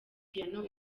piano